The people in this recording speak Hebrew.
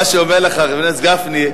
מה שאומר לך חבר הכנסת גפני,